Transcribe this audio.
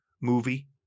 movie